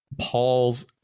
Paul's